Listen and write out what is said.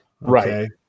Right